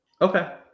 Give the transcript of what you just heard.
Okay